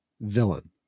villain